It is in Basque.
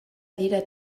dira